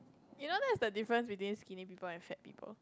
you know that's the difference between skinny people and fat people